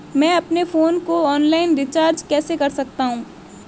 मैं अपने फोन को ऑनलाइन रीचार्ज कैसे कर सकता हूं?